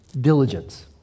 diligence